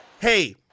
Hey